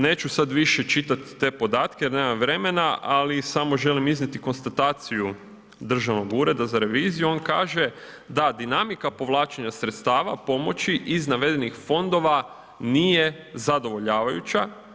Neću sada više čitati te podatke jer nemam vremena ali samo želim iznijeti konstataciju Državnog ureda za reviziju, on kaže da dinamika povlačenja sredstava pomoći iz navedenih fondova nije zadovoljavajuća.